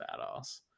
badass